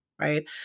right